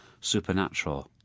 supernatural